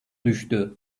düştü